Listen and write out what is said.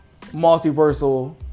multiversal